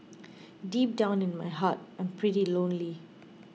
deep down in my heart I'm pretty lonely